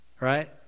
right